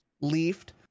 leafed